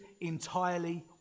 entirely